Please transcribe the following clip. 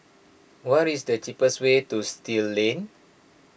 what is the cheapest way to Still Lane